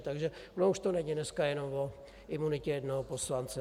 Ono už to není dneska jenom o imunitě jednoho poslance.